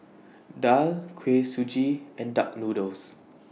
Daal Kuih Suji and Duck Noodles